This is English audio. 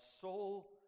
soul